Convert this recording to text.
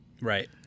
right